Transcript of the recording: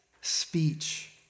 speech